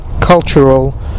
cultural